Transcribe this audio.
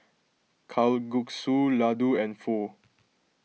Kalguksu Ladoo and Pho